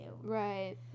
Right